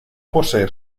poseer